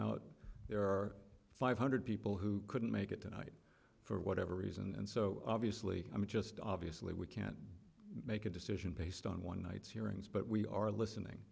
out there are five hundred people who couldn't make it tonight for whatever reason and so obviously i'm just obviously we can't make a decision based on one night's hearings but we are listening